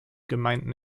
gemeinden